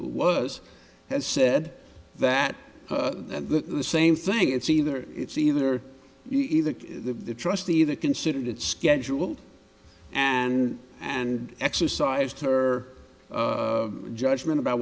was has said that at the same thing it's either it's either either the trustee that considered it scheduled and and exercised her judgment about